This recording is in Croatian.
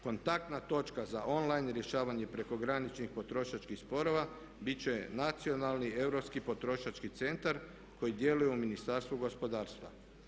Kontaktna točka za online rješavanje prekograničnih potrošačkih sporova bit će Nacionalni europski potrošački centar koji djeluje u Ministarstvu gospodarstva.